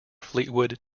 fleetwood